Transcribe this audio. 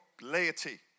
laity